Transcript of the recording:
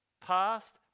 past